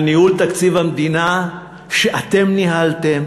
על ניהול תקציב המדינה שאתם ניהלתם,